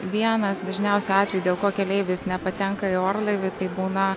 vienas dažniausių atvejų dėl ko keleivis nepatenka į orlaivį tai būna